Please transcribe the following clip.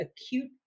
acute